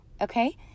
okay